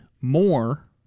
more